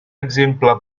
exemple